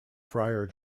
friar